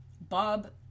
Bob